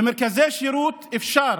במרכזי שירות אפשר